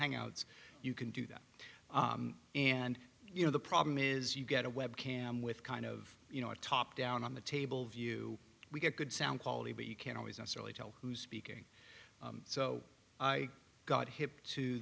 hangouts you can do that and you know the problem is you get a webcam with kind of you know a top down on the table view we get good sound quality but you can't always necessarily tell who's speaking so i got hip to